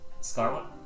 Scarlet